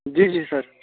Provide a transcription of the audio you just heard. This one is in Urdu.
جی جی سر